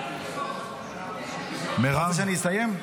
--- שאני אסיים?